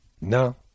No